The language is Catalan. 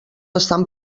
estan